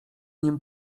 nim